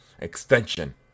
extension